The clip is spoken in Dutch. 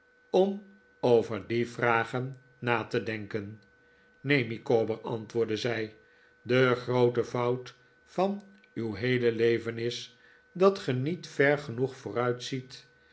om over die vragen na te denken neen micawber antwoordde zij de groote fout van uw heele leven is dat ge niet ver genoeg vooruit ziet